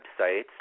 websites